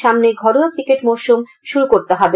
সামনেই ঘরোয়া ক্রিকেট মরশুম শুরু করতে হবে